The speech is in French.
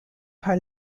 par